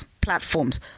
platforms